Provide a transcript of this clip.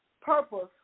purpose